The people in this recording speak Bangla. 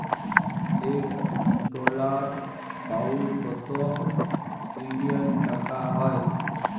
ইক ডলার, পাউল্ড কত ইলডিয়াল টাকা হ্যয়